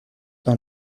dans